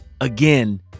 again